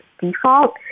default